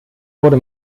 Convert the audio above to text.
wurde